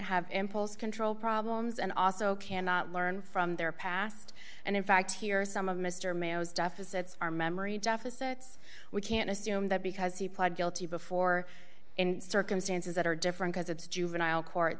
have impulse control problems and also cannot learn from their past and in fact here are some of mr mayo's deficits our memory deficits we can't assume that because he pled guilty before and circumstances that are different as a juvenile court